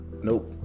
nope